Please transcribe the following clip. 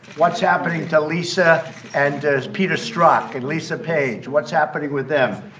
what's happening to lisa and peter strzok? and lisa page? what's happening with them?